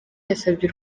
yasabye